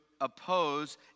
oppose